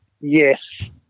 Yes